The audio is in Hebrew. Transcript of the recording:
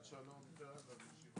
הישיבה ננעלה בשעה